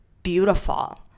Beautiful